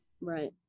Right